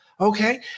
okay